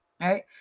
right